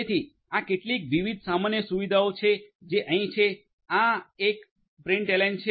તેથી આ કેટલીક વિવિધ સામાન્ય સુવિધાઓ છે જે અહીં છે આ એક પ્રિન્ટએલેન છે